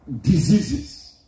diseases